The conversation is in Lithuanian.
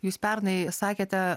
jūs pernai sakėte